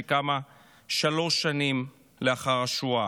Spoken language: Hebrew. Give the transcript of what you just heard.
שקמה שלוש שנים לאחר השואה.